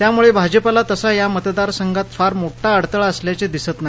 त्यामुळे भाजपला तसा या मतदारसंघात फार मोठा अडथळा असल्याचे दिसत नाही